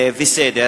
וסדר